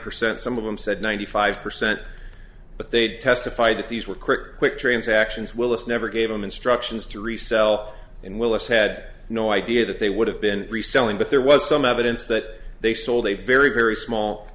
percent some of them said ninety five percent but they testified that these were quick quick transactions willis never gave them instructions to resell and willis had no idea that they would have been reselling but there was some evidence that they sold a very very small